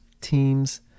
teams